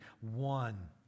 one